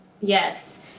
yes